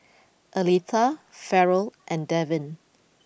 Aletha Farrell and Devyn